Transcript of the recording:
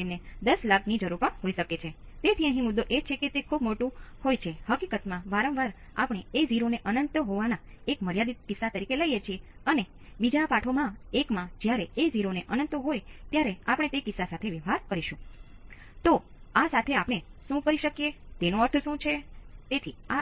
એ જ રીતે Vo2 એ V2 આ નીચા R2 માં થતો વોલ્ટેજ ડ્રોપ સમાન મૂલ્યના હોવા જોઈએ અને Vo2 બરાબર V2 V1 V2 × R2 ભાંગ્યા R1 હોય છે જે V2 V2 V1